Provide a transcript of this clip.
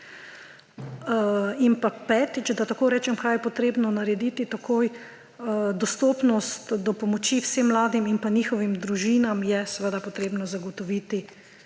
Petič, da tako rečem, kaj je potrebno narediti takoj. Dostopnost do pomoči vsem mladim in pa njihovim družinam je potrebno zagotoviti